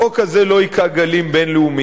החוק הזה לא הכה גלים בין-לאומיים,